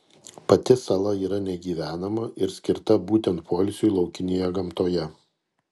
pati sala yra negyvenama ir skirta būtent poilsiui laukinėje gamtoje